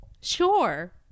Sure